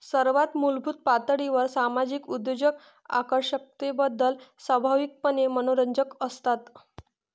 सर्वात मूलभूत पातळीवर सामाजिक उद्योजक आकर्षकतेबद्दल स्वाभाविकपणे मनोरंजक असतात